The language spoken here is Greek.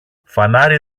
φανάρι